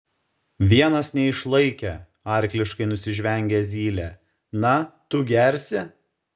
vienas neišlaikė arkliškai nusižvengė zylė na tu gersi